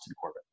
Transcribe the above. Corbett